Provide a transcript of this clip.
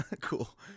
Cool